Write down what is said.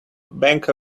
bank